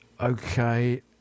Okay